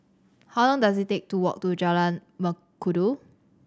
how long dose it take to walk to Jalan Mengkudu